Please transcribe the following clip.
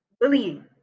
Bullying